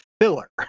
filler